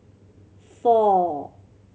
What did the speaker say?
four